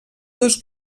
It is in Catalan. dos